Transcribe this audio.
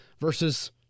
versus